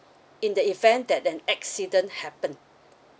in the event that that accident happened